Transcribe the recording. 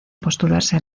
postularse